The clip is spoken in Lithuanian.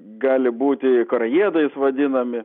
gali būti karajiedais vadinami